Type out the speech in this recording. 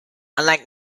unlike